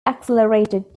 accelerated